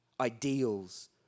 ideals